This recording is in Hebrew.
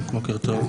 בוקר טוב.